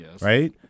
right